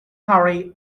hurry